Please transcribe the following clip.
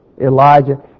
Elijah